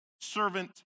servant